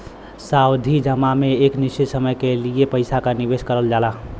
सावधि जमा में एक निश्चित समय के लिए पइसा क निवेश करल जाला